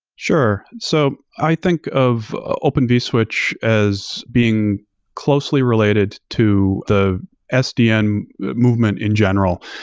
sure. so i think of open vswitch as being closely related to the sdn movement in general.